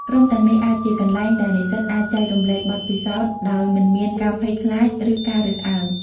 ក្រុមទាំងនេះអាចជាកន្លែងដែលនិស្សិតអាចចែករំលែកបទពិសោធន៍ដោយមិនមានការភ័យខ្លាចឬការរើសអើង។